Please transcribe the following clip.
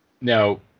Now